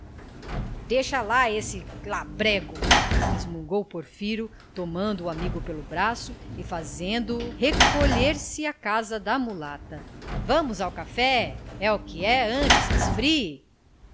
deixa lá esse labrego resmungou porfiro tomando o amigo pelo braço e fazendo-o recolher-se à casa da mulata vamos ao café é o que é antes que esfrie